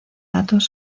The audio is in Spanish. datos